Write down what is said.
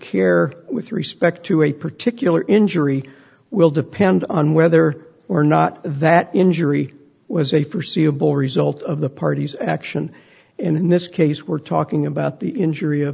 care with respect to a particular injury will depend on whether or not that injury was a forseeable result of the party's action and in this case we're talking about the injury of